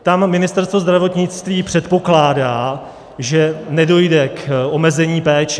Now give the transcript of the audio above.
Tam Ministerstvo zdravotnictví předpokládá, že nedojde k omezení péče.